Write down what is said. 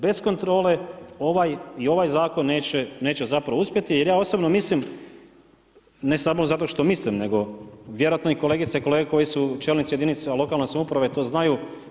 Bez kontrole i ovaj zakon neće zapravo uspjeti, jer ja osobno mislim, ne samo zato što mislim, nego vjerojatno kolegice i kolege koji su čelnici jedinice lokalne samouprave to znaju.